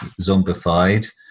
zombified